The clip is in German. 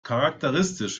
charakteristisch